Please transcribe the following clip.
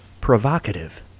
provocative